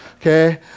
okay